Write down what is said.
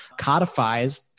codifies